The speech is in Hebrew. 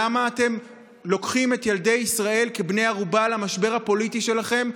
למה אתם לוקחים את ילדי ישראל כבני ערובה למשבר הפוליטי שלכם,